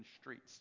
streets